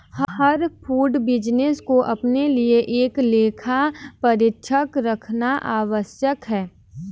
हर food business को अपने लिए एक लेखा परीक्षक रखना आवश्यक है